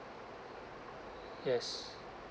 yes